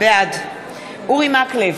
בעד אורי מקלב,